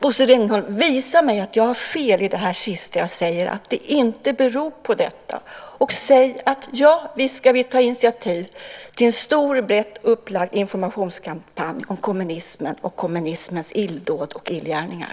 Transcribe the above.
Bosse Ringholm, visa mig att jag har fel i det sista jag säger, att det inte beror på detta, och säg: Ja, visst ska vi ta initiativ till en stor, brett upplagd informationskampanj om kommunismen och kommunismens illdåd och illgärningar.